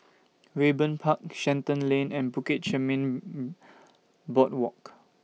Raeburn Park Shenton Lane and Bukit Chermin Boardwalk